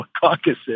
caucuses